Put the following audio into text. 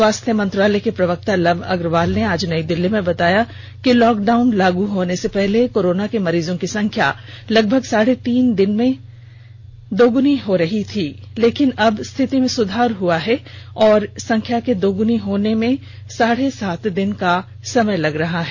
स्वास्थ्य मंत्रालय के प्रवक्ता लव अग्रवाल ने आज नई दिल्ली में बताया कि लॉकडाउन लागू होने से पहले कोरोना के मरीजों की संख्या लगभग साढ़े तीन दिन में दोगुनी हो रही थी लेकिन अब स्थिति में सुधार हुआ है और संख्या के दोगुनी होने में साढ़े सात दिन का समय लग रहा है